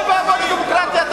(חבר הכנסת מיכאל בן-ארי יוצא מאולם המליאה.) אוי ואבוי לדמוקרטיה,